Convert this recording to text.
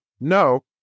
no